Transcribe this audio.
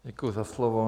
Děkuji za slovo.